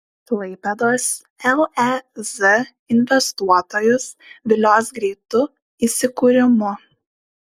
klaipėdos lez investuotojus vilios greitu įsikūrimu